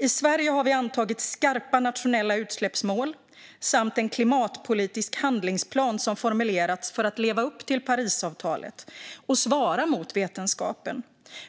I Sverige har vi antagit skarpa nationella utsläppsmål samt en klimatpolitisk handlingsplan som formulerats för att leva upp till Parisavtalet och svara mot vetenskapen.